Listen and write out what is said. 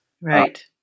Right